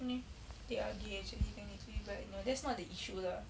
ya they are gay actually technically but you know that's not the issue lah